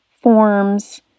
forms